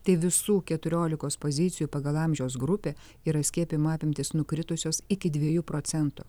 tai visų keturiolikos pozicijų pagal amžiaus grupę yra skiepijimo apimtys nukritusios iki dviejų procentų